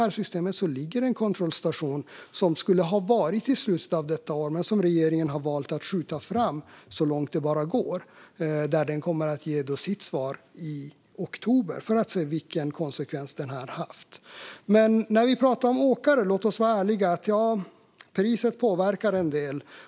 I systemet ligger en kontrollstation som skulle ha varit i slutet av detta år men som regeringen har valt att skjuta fram så långt det bara går. Den kommer att ge sitt svar i oktober för att man ska kunna se vilken konsekvens detta har haft. När vi pratar om åkare ska vi vara ärliga: priset påverkar en del.